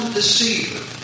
deceiver